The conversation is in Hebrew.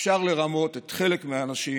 אפשר לרמות את חלק מהאנשים